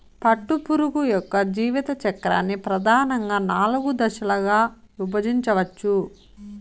పట్టుపురుగు యొక్క జీవిత చక్రాన్ని ప్రధానంగా నాలుగు దశలుగా విభజించవచ్చు